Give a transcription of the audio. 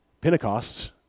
Pentecost